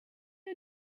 you